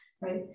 right